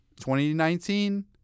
2019